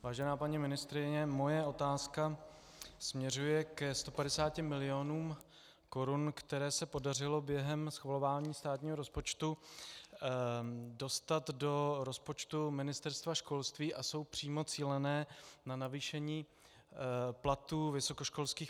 Vážená paní ministryně, moje otázka směřuje ke 150 mil. korun, které se podařilo během schvalování státního rozpočtu dostat do rozpočtu Ministerstva školství a jsou přímo cílené na navýšení platů vysokoškolských pedagogů.